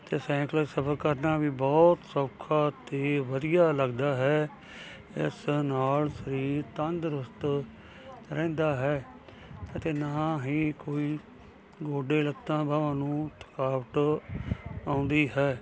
ਤੇ ਸੈਂਕਲ ਸਫ਼ਰ ਕਰਨਾ ਵੀ ਬਹੁਤ ਸੌਖਾ ਅਤੇ ਵਧੀਆ ਲੱਗਦਾ ਹੈ ਇਸ ਨਾਲ ਸਰੀਰ ਤੰਦਰੁਸਤ ਰਹਿੰਦਾ ਹੈ ਅਤੇ ਨਾ ਹੀ ਕੋਈ ਗੋਡੇ ਲੱਤਾਂ ਬਾਹਾਂ ਨੂੰ ਥਕਾਵਟ ਆਉਂਦੀ ਹੈ